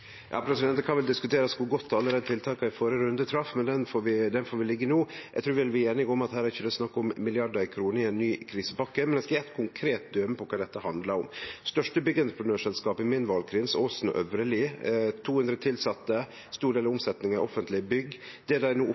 Det kan vel diskuterast kor godt alle tiltaka i førre runde trefte, men det får vi la liggje no. Eg trur vi er einige om at det her ikkje er snakk om milliardar av kroner i ei ny krisepakke, men eg skal gje eit konkret døme på kva dette handlar om. Det største byggentreprenørselskapet i min valkrins, Åsen & Øvrelid, har 200 000 tilsette, og ein stor del av omsetninga er frå offentlege bygg. Det dei no opplever, er